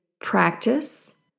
practice